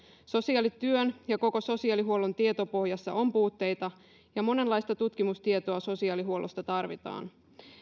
sosiaalityön ja koko sosiaalihuollon tietopohjassa on puutteita ja monenlaista tutkimustietoa sosiaalihuollosta tarvitaan